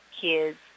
kids